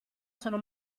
sono